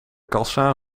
kassa